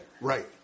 Right